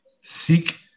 seek